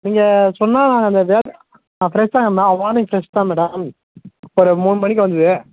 நீங்கள் சொன்னால் அந்த வே ஆ ஃப்ரெஷ் தாங்கம்மா மார்னிங் ஃப்ரெஷ் தான் மேடம் ஒரு மூணு மணிக்கு வந்தது